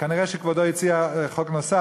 כנראה כבודו הציע חוק נוסף,